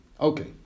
Okay